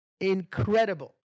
incredible